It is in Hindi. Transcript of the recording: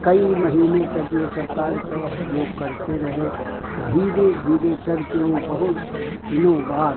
कई महीने तक यह सब कार्यक्रम हम लोग करते रहे धीरे धीरे करके वह बहुत दिनों बाद